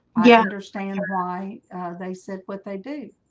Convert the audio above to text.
yeah understand why they said what they do,